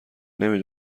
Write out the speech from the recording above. نمی